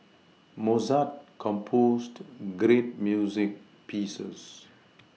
Mozart composed great music pieces